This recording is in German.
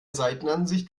seitenansicht